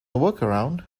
workaround